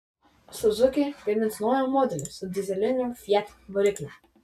suzuki gamins naują modelį su dyzeliniu fiat varikliu